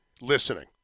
listening